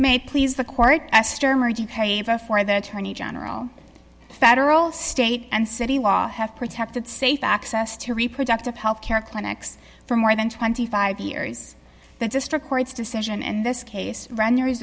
may please the court paper for the attorney general federal state and city law have protected safe access to reproductive health care clinics for more than twenty five years that district court's decision and this case ranier